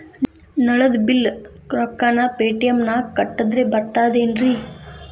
ನಳದ್ ಬಿಲ್ ರೊಕ್ಕನಾ ಪೇಟಿಎಂ ನಾಗ ಕಟ್ಟದ್ರೆ ಬರ್ತಾದೇನ್ರಿ?